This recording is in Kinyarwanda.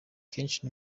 kenshi